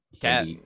Cat